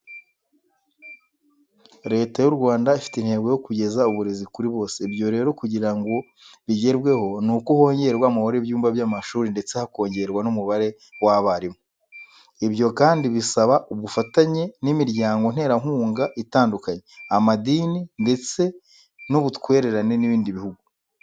Leta y'u Rwanda ifite intego yo kugeza uburezi kuri bose, ibyo rero kugira ngo bigerweho, nuko hongerwa umubare w'ibyumba by'amashuri ndetse hakongerwa n'umubare w'abarimu. Ibyo kandi bisaba ubufatanye n'imiryango nterankunga itandukanye, amadini ndetse n'ubutwererane n'ibindi bihugu.